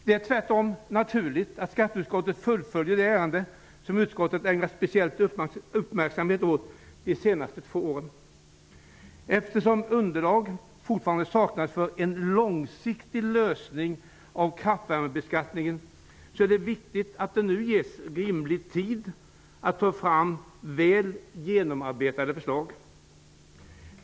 Det är tvärtom naturligt att skatteutskottet fullföljer det ärende som utskottet har ägnat speciell uppmärksamhet åt under de senaste två åren. Eftersom underlag fortfarande saknas för en långsiktig lösning av kraftvärmebeskattningen är det viktigt att det nu ges rimlig tid att ta fram väl genomarbetade förslag.